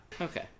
Okay